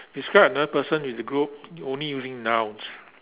describe another person in the group only using nouns